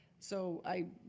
so i,